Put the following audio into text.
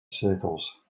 circles